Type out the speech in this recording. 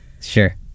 Sure